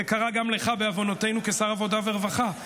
זה קרה גם לך, בעוונותינו, כשר העבודה והרווחה.